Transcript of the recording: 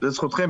זאת זכותכם,